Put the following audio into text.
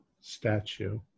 Statue